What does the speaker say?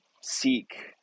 seek